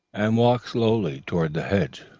and walked slowly towards the hedge.